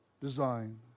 design